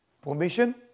permission